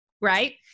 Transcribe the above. right